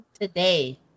today